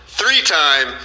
three-time